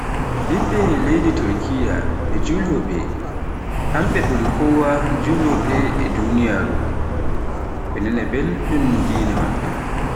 ɓiɓɓe leydi Turkiyya ɓe julowooɓe, hanɓe buri kowa julowooɓe e duniyaaru, ɓe nana belɗun dina maɓɓe.